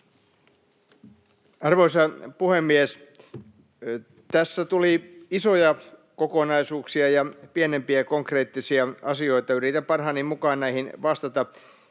Arvoisa puhemies! Tässä tuli isoja kokonaisuuksia ja pienempiä, konkreettisia asioita. Yritän parhaani mukaan näihin vastata.